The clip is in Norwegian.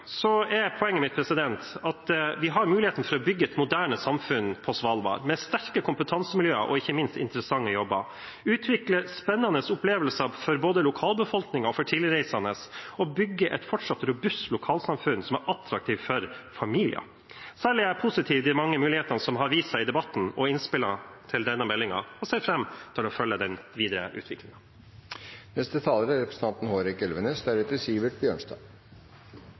er poenget mitt at vi har muligheten til å bygge et moderne samfunn på Svalbard, med sterke kompetansemiljøer og ikke minst interessante jobber, til å utvikle spennende opplevelser for både lokalbefolkningen og for tilreisende og å bygge et fortsatt robust lokalsamfunn som er attraktivt for familier. Særlig er jeg positiv til de mange mulighetene som har vist seg i debatten og i innspillene til denne meldingen, og jeg ser fram til å følge den videre utviklingen. Norges suverenitet over Svalbard er